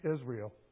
Israel